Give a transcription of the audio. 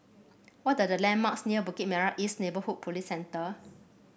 what are the landmarks near Bukit Merah East Neighbourhood Police Centre